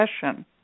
session